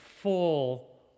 full